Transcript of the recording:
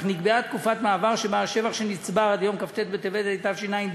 אך נקבעה תקופת מעבר שבה השבח שנצבר עד ליום כ"ט בטבת התשע"ד,